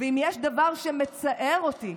ואם יש דבר שמצער אותי,